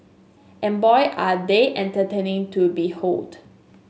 and boy are they entertaining to behold